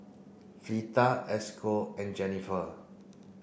Fleeta Esco and Jenifer